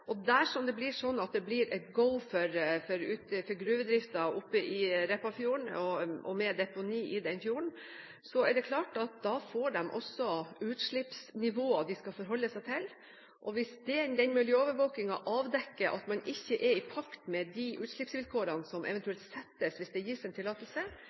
Dersom det blir et gulv for gruvedriften i Repparfjorden, med deponi i fjorden, er det klart at de får utslippsnivå de skal forholde seg til. Hvis den miljøovervåkingen avdekker at man ikke er i pakt med utslippsvilkårene som eventuelt settes – hvis det gis en tillatelse